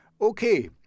Okay